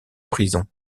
prison